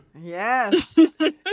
Yes